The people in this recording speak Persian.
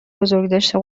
بزرگداشت